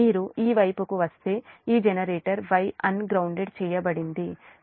మీరు ఈ వైపుకు వస్తే ఈ జనరేటర్ Y అన్గ్రౌండ్డ్ చేయబడింది